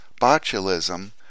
botulism